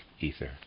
ether